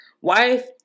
wife